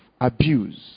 abuse